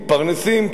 מתפרנסים.